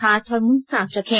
हाथ और मुंह साफ रखें